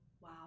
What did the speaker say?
wow